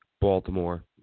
Baltimore